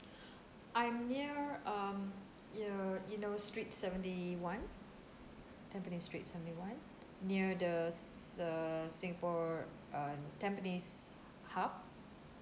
I'm near um you know you know street seventy one tampines street seventy one near the s~ err singapore err tampines hub